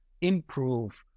improve